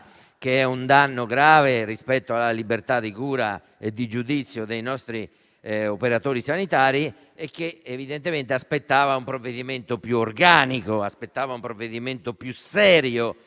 un danno grave rispetto alla libertà di cura e giudizio dei nostri operatori sanitari. Evidentemente si aspettava un provvedimento più organico, un provvedimento più serio,